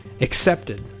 accepted